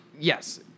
Yes